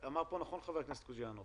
אמר נכון חבר הכנסת קוז'ינוב